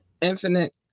infinite